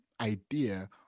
idea